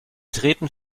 treten